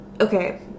okay